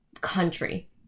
country